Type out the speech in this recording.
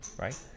right